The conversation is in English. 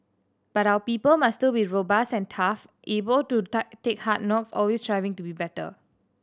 but our people must still be robust and tough able to tuck take hard knocks always striving to be better